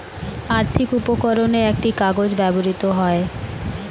আর্থিক উপকরণে একটি কাগজ ব্যবহৃত হয়